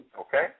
Okay